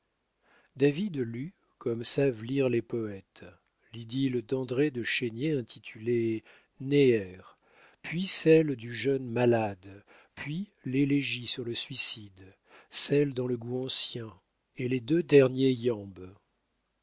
david lut comme savent lire les poètes l'idylle d'andré de chénier intitulée néère puis celle du jeune malade puis l'élégie sur le suicide celle dans le goût ancien et les deux derniers